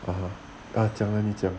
(uh huh) 讲 leh 你讲